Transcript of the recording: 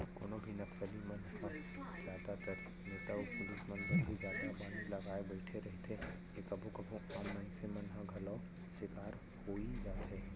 कोनो भी नक्सली मन ह जादातर नेता अउ पुलिस मन बर ही जादा बानी लगाय बइठे रहिथे ए कभू कभू आम मनसे मन ह घलौ सिकार होई जाथे